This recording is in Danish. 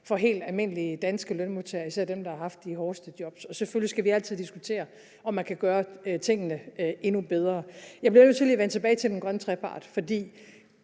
for helt almindelige danske lønmodtagere – især dem, der har haft de hårdeste jobs. Selvfølgelig skal vi altid diskutere, om man kan gøre tingene endnu bedre. Jeg bliver nødt til lige at vende tilbage til den grønne trepart, for